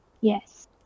Yes